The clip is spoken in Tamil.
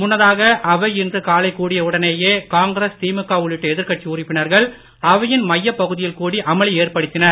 முன்னதாக அவை இன்று காலை கூடிய உடனேயே காங்கிரஸ் திமுக உள்ளிட்ட எதிர் கட்சி உறுப்பினர்கள் அவையின் மையப் பகுதியில் கூடி அமளி ஏற்படுத்தினர்